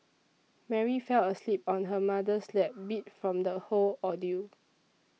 Mary fell asleep on her mother's lap beat from the whole ordeal